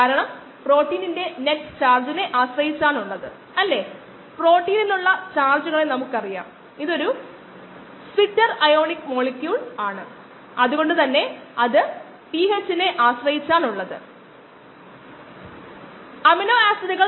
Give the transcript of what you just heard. എന്നിട്ട് എങ്ങനെ എന്താണ് സബ്സ്ട്രേറ്റ്കൾ അവ എങ്ങനെ പരിവർത്തനം ചെയ്യപ്പെടുന്നു കൂടാതെ സബ്സ്ട്രേറ്റ് വളർച്ചാ നിരക്കിനെ എങ്ങനെ ബാധിക്കുന്നുഅതിനുള്ള ചില മോഡലുകൾ